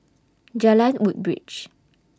Jalan Woodbridge